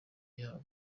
yabo